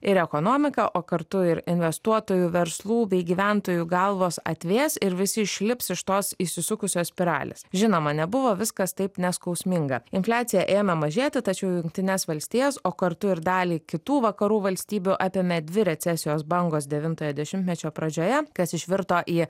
ir ekonomika o kartu ir investuotojų verslų bei gyventojų galvos atvės ir visi išlips iš tos įsisukusios spiralės žinoma nebuvo viskas taip neskausminga infliacija ėmė mažėti tačiau jungtines valstijas o kartu ir dalį kitų vakarų valstybių apėmė dvi recesijos bangos devintojo dešimtmečio pradžioje kas išvirto į